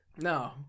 No